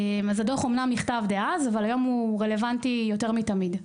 הדוח נכתב אז אבל היום הוא רלוונטי יותר מתמיד.